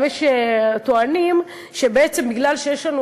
גם יש הטוענים שבעצם בגלל שיש לנו